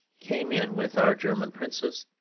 came in with our german princes,